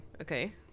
okay